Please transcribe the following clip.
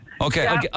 Okay